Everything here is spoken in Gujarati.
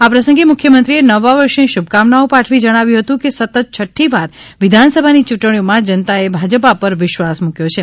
આ પ્રસંગે મુખ્યમંત્રીએ નવા વર્ષની શુભકામનાઓ પાઠવી જણાવ્યું હતું કે સતત છઠ્ઠી વાર વિધાનસભાની યૂંટણીઓમાં જનતાએ ભાજપા પર વિશ્વાસ મૂક્યો છે